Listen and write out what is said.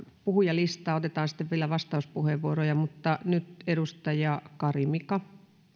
puhujalistaa otetaan sitten vielä vastauspuheenvuoroja mutta nyt edustaja kari mika